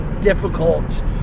difficult